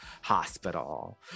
hospital